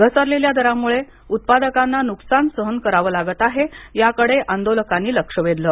घसरलेल्या दरामुळे उत्पादकांना नुकसान सहन करावं लागत आहे याकडे आंदोलकांनी लक्ष वेधलं